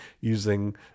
using